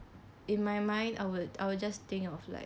in my mind I would I would just think of like